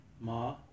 Ma